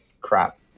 crap